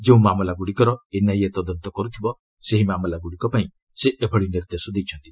ଯେଉଁ ମାମଲାଗୁଡ଼ିକର ଏନ୍ଆଇଏ ତଦନ୍ତ କରୁଥିବ ସେହି ମାମଲାଗୁଡ଼ିକ ପାଇଁ ସେ ଏଭଳି ନିର୍ଦ୍ଦେଶ ଦେଇଛନ୍ତି